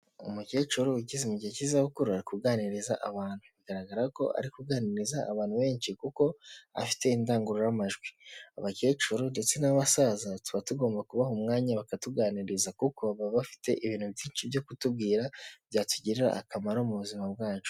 Umukecuru ugeze mu igihe k'izabukuru ari kuganiriza abantu. Bigaragara ko ari ukuganiriza abantu benshi kuko afite indangururamajwi. Abakecuru ndetse n'abasaza tuba tugomba kubaha umwanya bakatuganiriza kuko baba bafite ibintu byinshi byo kutubwira byatugirira akamaro mu buzima bwacu.